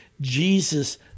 Jesus